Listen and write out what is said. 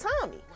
Tommy